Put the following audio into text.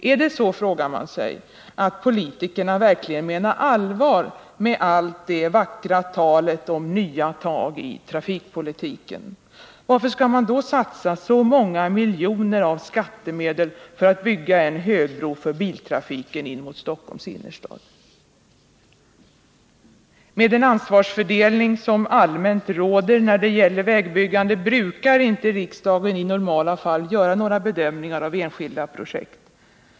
Är det verkligen så — frågar man sig — att politikerna menar allvar med allt det vackra talet om nya tag i trafikpolitiken? Varför skall man då satsa så många miljoner av skattemedel för att bygga en högbro för biltrafiken in mot Stockholms innerstad? Med den ansvarsfördelning som allmänt råder när det gäller vägbyggande brukar inte riksdagen i normala fall göra några bedömningar av enskilda projekt.